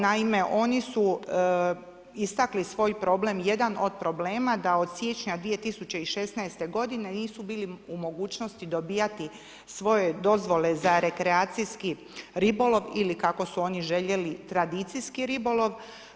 Naime, oni su istakli svoj problem, jedan od problema da od siječnja 2016. godine nisu bili u mogućnosti dobivati svoje dozvole za rekreacijski ribolov ili kako su oni željeli tradicijski ribolov.